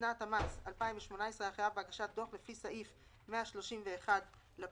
שבעה ימים לאחר המועד, לא